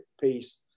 piece